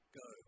go